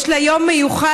יש לה יום מיוחד,